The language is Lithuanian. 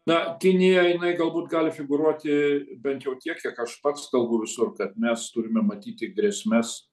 na kinija jinai galbūt gali figūruoti bent jau tiek kiek aš pats kalbu visur kad mes turime matyti grėsmes